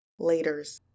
Laters